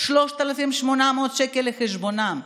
3,800 שקל לחשבונם.